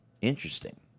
Interesting